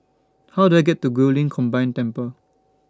How Do I get to Guilin Combined Temple